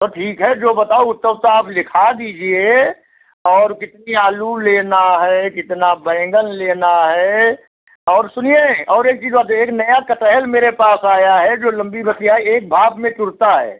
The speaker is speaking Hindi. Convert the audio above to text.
तो ठीक है जो बताओ उतना उतना आप लिखा दीजिए और कितनी आलू लेना है कितना बैंगन लेना है और सुनिए और एक चीज बात है एक नया कटहल मेरे पास आया है जो लम्बी बतिया एक भाप में चुरता है